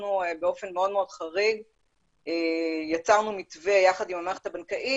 אנחנו באופן מאוד מאוד חריג יצרנו מתווה יחד עם המערכת הבנקאית